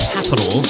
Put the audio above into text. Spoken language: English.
Capital